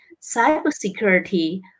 cybersecurity